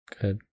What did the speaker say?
Good